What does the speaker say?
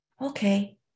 okay